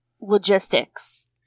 logistics